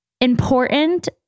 important